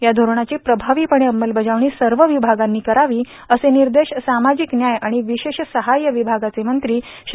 या धोरणाची प्रभावीपणे अंमलबजावणी सर्व विभागांनी करावी असे निर्देश सामाजिक व्याय आणि विशेष सहाय्य विभागाचे मंत्री श्री